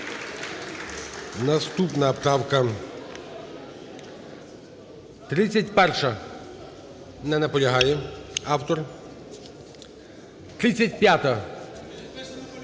Наступна правка - 31. Не наполягає автор. 35-а.